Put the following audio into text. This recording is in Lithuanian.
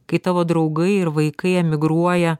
kai tavo draugai ir vaikai emigruoja